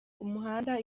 umuhanda